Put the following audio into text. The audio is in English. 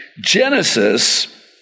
Genesis